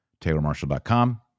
taylormarshall.com